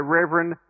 Reverend